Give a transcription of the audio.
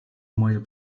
moje